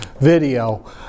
video